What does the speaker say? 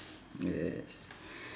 yes